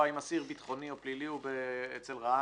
אם אסיר ביטחוני או פלילי הוא אצל רע"ן?